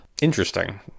interesting